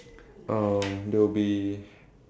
um there will be